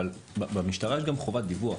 לומר שבמשטרה יש גם חובת דיווח.